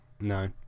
No